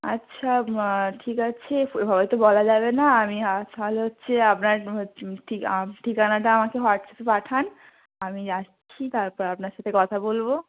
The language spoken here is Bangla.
আচ্ছা ঠিক আছে হয়তো বলা যাবে না আমি তাহলে হচ্ছে আপনার ঠিকানাটা আমাকে হোয়াটসঅ্যাপে পাঠান আমি যাচ্ছি তারপর আপনার সাথে কথা বলব